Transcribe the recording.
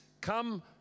come